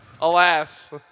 alas